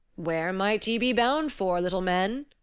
where might ye be bound for, little men?